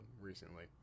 recently